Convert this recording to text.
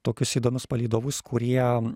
tokius įdomius palydovus kurie